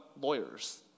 lawyers